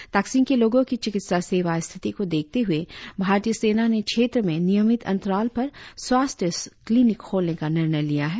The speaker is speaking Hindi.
ताकसिंग के लोगों कि चिकित्सा सेवा स्थिति को देखते हए भारतीय सेना ने क्षेत्र में नियमित अंतराल पर स्वास्थ्य क्लिनिक खोलने का निर्णय लिया है